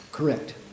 Correct